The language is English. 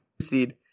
seed